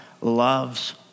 loves